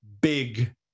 big